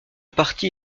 parti